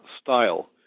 style